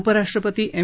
उपराष्ट्रपती एम